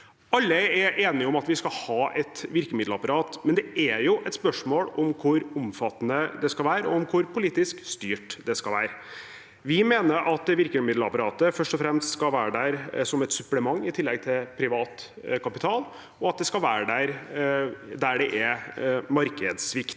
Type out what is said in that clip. Alle er enige om at vi skal ha et virkemiddelapparat, men det er jo et spørsmål om hvor omfattende det skal være, og om hvor politisk styrt det skal være. Vi mener at virkemiddelapparatet først og fremst skal være der som et supplement, i tillegg til privat kapital, og at det skal være der det er markedssvikt.